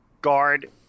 Guard